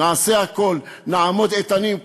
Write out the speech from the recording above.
נעשה הכול, נעמוד איתנים.